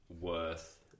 worth